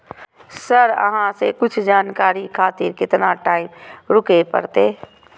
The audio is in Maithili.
सर अहाँ से कुछ जानकारी खातिर केतना टाईम रुके परतें?